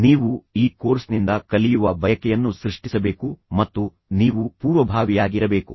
ನೀವು ಈ ಕೋರ್ಸ್ನಿಂದ ಕಲಿಯುವ ಬಯಕೆಯನ್ನು ಸೃಷ್ಟಿಸಬೇಕು ಮತ್ತು ನೀವು ಪೂರ್ವಭಾವಿಯಾಗಿರಬೇಕು